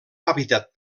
hàbitat